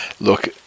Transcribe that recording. look